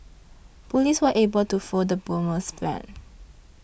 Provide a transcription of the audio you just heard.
police were able to foil the bomber's plans